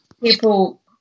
people